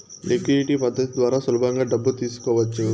liquidity పద్ధతి ద్వారా సులభంగా డబ్బు తీసుకోవచ్చు